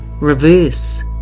reverse